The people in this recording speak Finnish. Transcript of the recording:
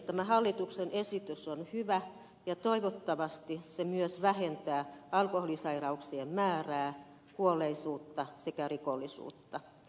tämä hallituksen esitys on hyvä ja toivottavasti se myös vähentää alkoholisairauksien määrää kuolleisuutta sekä rikollisuutta